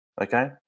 okay